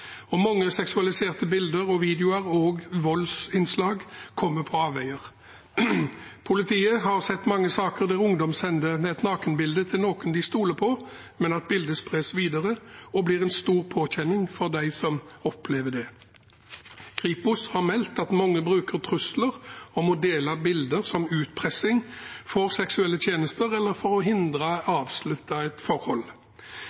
voldsinnslag kommer på avveier. Politiet har sett mange saker der ungdom sender nakenbilder til noen de stoler på, og at bildet spres videre og blir en stor påkjenning for dem som opplever dette. Kripos har meldt at mange bruker trusler om å dele bilder som utpressing for seksuelle tjenester eller for å hindre